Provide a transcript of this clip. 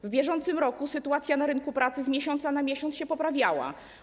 W bieżącym roku sytuacja na rynku pracy z miesiąca na miesiąc się poprawiała.